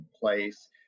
place